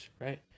right